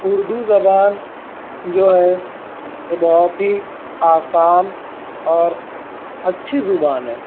اردو زبان جو ہے یہ بہت ہی آسان اور اچھی زبان ہے